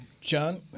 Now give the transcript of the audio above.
John